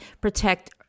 protect